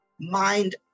Mind